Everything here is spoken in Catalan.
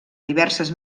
diverses